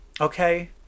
Okay